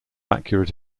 accurate